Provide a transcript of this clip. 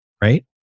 Right